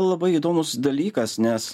labai įdomus dalykas nes